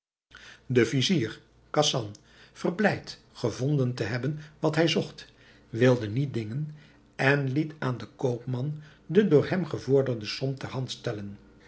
de vizier khasan verblijd gevonden te hebben wat hij zocht wilde niet dingen en liet aan den koopman de door hem gevorderde som ter hand stellen